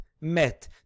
met